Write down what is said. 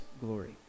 glory